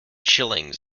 shillings